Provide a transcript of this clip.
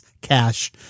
Cash